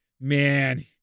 man